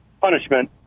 punishment